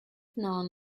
known